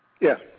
Yes